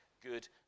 good